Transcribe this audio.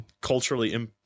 culturally